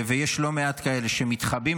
ויש לא מעט כאלה שמתחבאים,